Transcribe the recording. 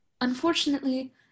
Unfortunately